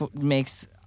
makes